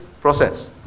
process